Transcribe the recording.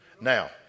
Now